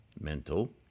Mental